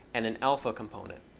and an alpha component.